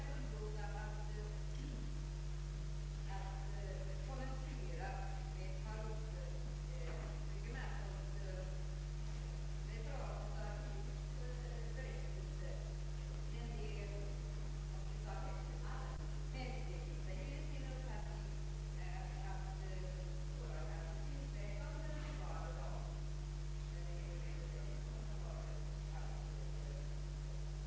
Herr talman! Alla är väl överens om att barnavårdsmannainstitutet i sin nuvarande form är ålderdomligt och i behov av en översyn. Att så tvärsäkert som reservanterna säga, att det helt skall avskaffas, tycker jag dock inte är motiverat. Det kan faktiskt många gånger för en moder till ett barn utom äktenskap vara bättre att hålla sig till en person, en barnavårdsman, än till en myndighet, en barnavårdsnämnd. Dessutom kan jag för min del inte stödja en reservation, i vilken man i ett ärende som detta begär förslag till nästa års riksdag.